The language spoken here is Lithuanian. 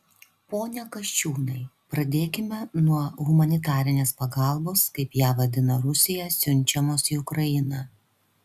pone kasčiūnai pradėkime nuo humanitarinės pagalbos kaip ją vadina rusija siunčiamos į ukrainą